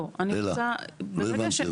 לא הבנתי.